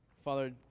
Father